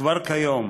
כבר כיום,